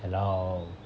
hello